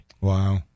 Wow